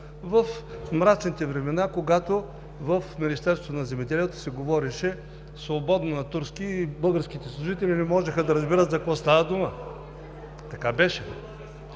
в мрачните времена, когато в Министерството на земеделието се говореше свободно на турски и българските служители не можеха да разбират за какво става дума. (Реплики